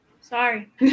sorry